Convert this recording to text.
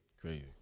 Crazy